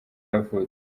yavutse